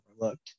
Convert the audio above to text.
overlooked